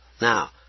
Now